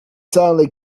suddenly